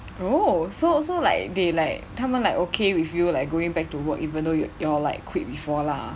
oh so so like they like 他们 like okay with you like going back to work even though you all you all like quit before lah